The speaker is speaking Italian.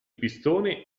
pistone